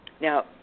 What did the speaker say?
Now